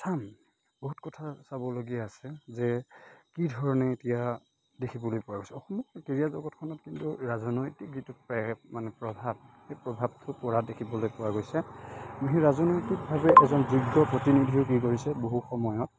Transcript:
চাম বহুত কথা চাবলগীয়া আছে যে কি ধৰণে এতিয়া দেখিবলৈ পোৱা গৈছে অসমত ক্ৰীড়া জগতখনত কিন্তু ৰাজনৈতিক যিটো প্ৰায় মানে প্ৰভাৱ সেই প্ৰভাৱটো পৰা দেখিবলৈ পোৱা গৈছে সেই ৰাজনৈতিকভাৱে এজন যোগ্য প্ৰতিনিধিয়েও কি কৰিছে বহু সময়ত